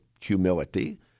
humility